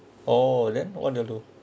oh then what do you do